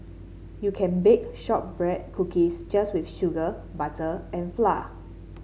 you can bake shortbread cookies just with sugar butter and flour